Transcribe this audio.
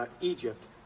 Egypt